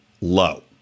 low